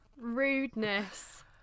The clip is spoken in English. Rudeness